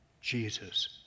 Jesus